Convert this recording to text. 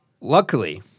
Luckily